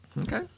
Okay